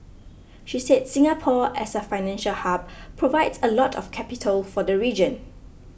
she said Singapore as a financial hub provides a lot of capital for the region